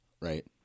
right